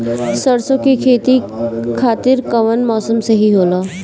सरसो के खेती के खातिर कवन मौसम सही होला?